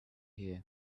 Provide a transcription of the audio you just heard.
here